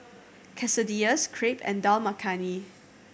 Quesadillas Crepe and Dal Makhani